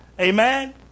Amen